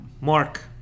Mark